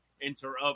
interrupt